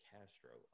Castro